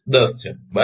10 છે બરાબર